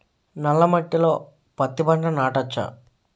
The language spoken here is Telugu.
నల్ల మట్టిలో పత్తి పంట నాటచ్చా?